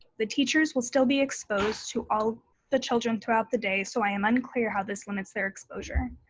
the teachers will still be exposed to all the children throughout the day so i am unclear how this limits their exposure.